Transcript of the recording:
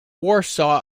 warsaw